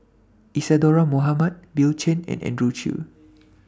Isadhora Mohamed Bill Chen and Andrew Chew